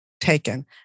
taken